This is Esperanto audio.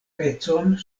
pecon